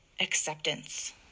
Acceptance